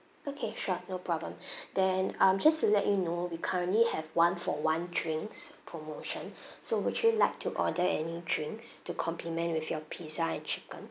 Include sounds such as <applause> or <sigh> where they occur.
okay sure no problem <breath> then um just to let you know we currently have one for one drinks promotion <breath> so would you like to order any drinks to compliment with your pizza and chicken